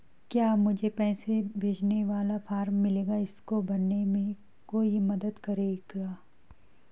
क्या मुझे पैसे भेजने वाला फॉर्म मिलेगा इसको भरने में कोई मेरी मदद करेगा?